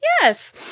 yes